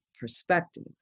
perspective